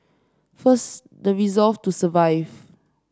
first the resolve to survive